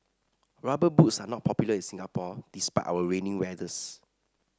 rubber boots are not popular in Singapore despite our rainy weathers